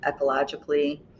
ecologically